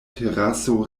teraso